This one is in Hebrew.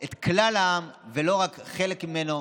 את כלל העם, ולא שחלק ממנו